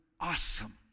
awesome